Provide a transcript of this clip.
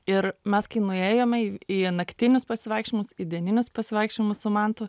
ir mes kai nuėjome į naktinius pasivaikščiojimus į dieninius pasivaikščiojimus su mantu